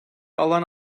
alan